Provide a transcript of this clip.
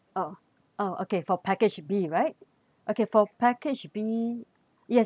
oh oh okay for package B right okay for package B yes